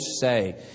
say